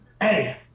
hey